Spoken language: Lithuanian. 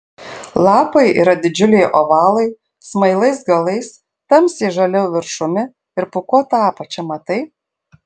lapai yra didžiuliai ovalai smailais galais tamsiai žaliu viršumi ir pūkuota apačia matai